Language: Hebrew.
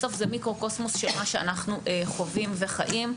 בסוף, זה מיקרו-קוסמוס של מה שאנחנו חווים וחיים.